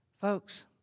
Folks